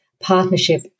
partnership